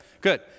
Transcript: good